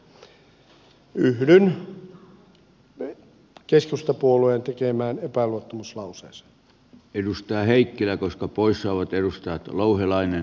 yhdyn keskustapuolueen tekemää epäluottamuslauseessa edustaa heikkilä uskoo poissaolot tekemään epäluottamuslauseeseen